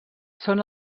són